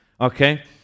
Okay